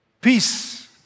Peace